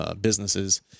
businesses